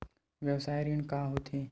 व्यवसाय ऋण का होथे?